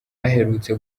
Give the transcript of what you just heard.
aherutse